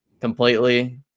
completely